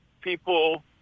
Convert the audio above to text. people